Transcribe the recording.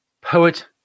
poet